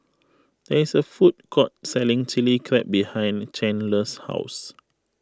there is a food court selling Chilli Crab behind Chandler's house